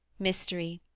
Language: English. mystery,